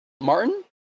Martin